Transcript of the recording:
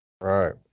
Right